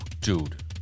dude